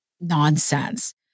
nonsense